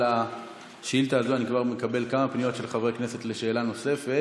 על השאילתה הזאת אני כבר מקבל כמה פניות של חברי כנסת לשאלה נוספת.